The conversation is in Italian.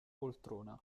poltrona